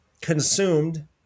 consumed